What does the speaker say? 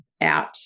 Out